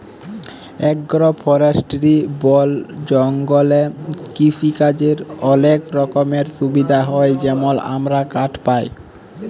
agro forestry বল জঙ্গলে কিসিকাজের অলেক রকমের সুবিধা হ্যয় যেমল আমরা কাঠ পায়